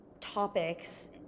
topics